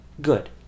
good